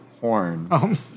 Horn